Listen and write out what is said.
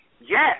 yes